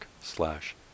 slash